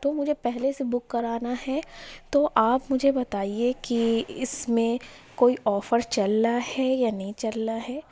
تو مجھے پہلے سے بک کرانا ہے تو آپ مجھے بتائیے کہ اس میں کوئی آفر چل رہا ہے یا نہیں چل رہا ہے